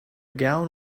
gown